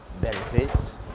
benefits